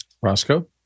Roscoe